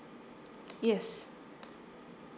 yes